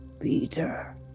Peter